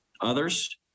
others